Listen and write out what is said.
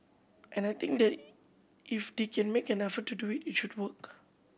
and I think that if they can make an effort to do it it should work